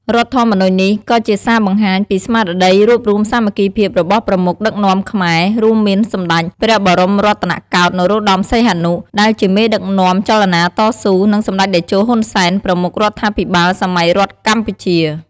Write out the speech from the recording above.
រដ្ឋធម្មនុញ្ញនេះ ក៏ជាសារបង្ហាញពីស្មារតីរួបរួមសាមគ្គីភាពរបស់ប្រមុខដឹកនាំខ្មែរ រួមមានសម្តេចព្រះបរមរតនកោដ្ឋ នរោត្តម សីហនុ ដែលជាមេដឹកនាំចលនាតស៊ូ និង សម្តេចតេជោ ហ៊ុន សែន ប្រមុខរដ្ឋាភិបាលសម័យរដ្ឋកម្ពុជា។